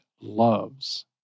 loves